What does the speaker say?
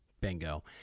bingo